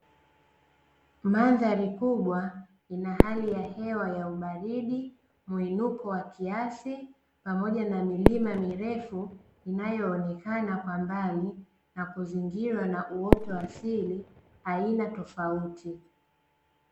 Mandhari kubwa ina hali ya hewa ya ubaridi muinuko wa kiasi pamoja na milima mirefu inayoonekana kwa mbali na kuzingirwa na uwoto wa asili aina tofauti.